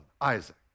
Isaac